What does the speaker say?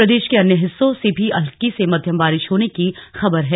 प्रदेश के अन्य हिस्सों से भी हल्की से मध्यम बारिश होने की खबर है